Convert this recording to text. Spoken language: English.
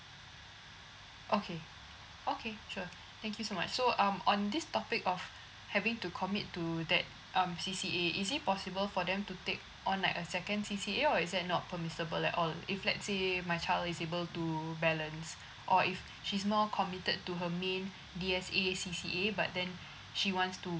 okay okay sure thank you so much so um on this topic of having to commit to that um C_C_A is it possible for them to take on like a second C_C_A or is that not permissible at all if let's say my child is able to balance or if she's more committed to her main D_S_A C_C_A but then she wants to